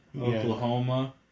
Oklahoma